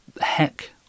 heck